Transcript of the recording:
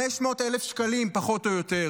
500,000 שקלים פחות או יותר.